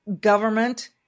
government